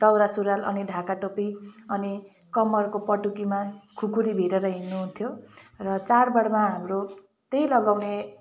दौरासुरुवाल अनि ढाका टोपी अनि कम्मरको पटुकीमा खुकुरी भिरेर हिँड्नुहुन्थ्यो र चाडबाडमा हाम्रो त्यही लगाउने